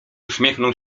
uśmiechnął